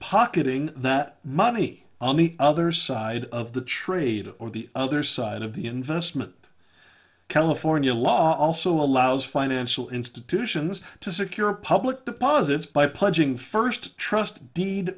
pocketing that money on the other side of the trade or the other side of the investment california law also allows financial institutions to secure public deposits by pledging first trust deed